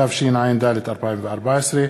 התשע"ד 2014,